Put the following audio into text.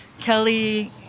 kelly